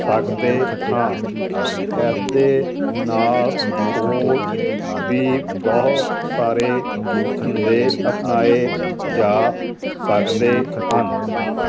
ਸਕਦੇ ਹਾਂ ਇਸ ਦੇ ਨਾਲ ਹੋਰ ਵੀ ਬਹੁਤ ਸਾਰੇ ਧੰਦੇ ਅਪਣਾਏ ਜਾ ਸਕਦੇ ਹਨ